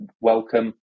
welcome